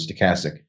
stochastic